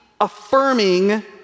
affirming